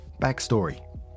Backstory